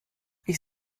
ich